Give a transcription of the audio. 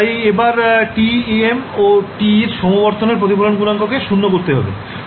তাই এবার TM ও TE সম বর্তনের প্রতিফলন গুনাঙ্ক কে 0 করতে হবে